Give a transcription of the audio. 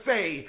Say